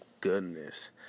goodness